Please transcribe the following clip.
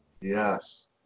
yes